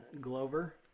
Glover